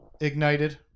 ignited